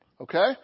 Okay